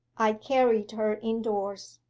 i carried her indoors.